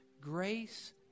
Grace